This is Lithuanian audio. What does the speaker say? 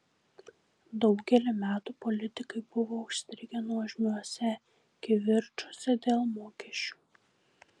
daugelį metų politikai buvo užstrigę nuožmiuose kivirčuose dėl mokesčių